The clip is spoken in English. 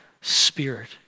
Spirit